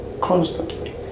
constantly